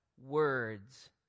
words